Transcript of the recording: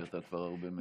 אתה כבר הרבה מעבר לזמן.